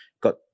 got